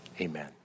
amen